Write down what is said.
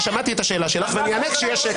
כי שמעתי את השאלה שלך, ואני אענה כשיהיה שקט.